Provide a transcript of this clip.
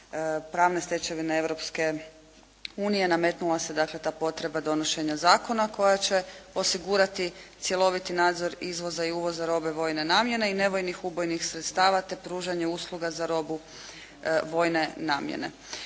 pravne stečevine Europske unije. Nametnula se dakle ta potreba donošenja zakona koja će osigurati cjeloviti nadzor izvoza i uvoza robe vojne namjene i nevojnih ubojnih sredstava, te pružanje usluga za robu vojne namjene.